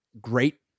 great